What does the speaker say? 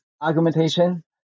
argumentation